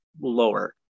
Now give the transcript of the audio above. lower